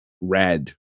red